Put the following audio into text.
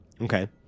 Okay